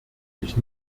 ich